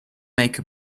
make